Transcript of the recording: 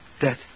Death